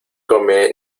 come